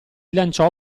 lanciò